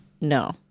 no